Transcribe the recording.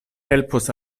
helpos